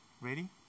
Ready